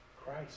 Christ